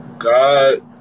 God